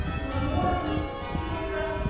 the minority still oppressed